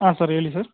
ಹಾಂ ಸರ್ ಹೇಳಿ ಸರ್